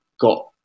got